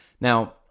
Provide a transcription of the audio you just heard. Now